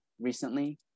recently